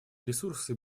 ресурсы